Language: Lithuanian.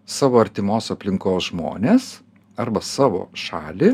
savo artimos aplinkos žmones arba savo šalį